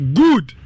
good